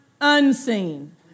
unseen